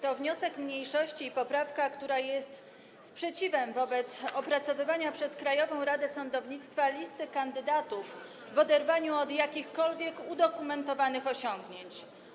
To wniosek mniejszości i poprawka, które są sprzeciwem wobec opracowywania przez Krajową Radę Sądownictwa listy kandydatów w oderwaniu od jakichkolwiek udokumentowanych osiągnięć.